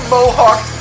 Mohawk